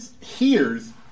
hears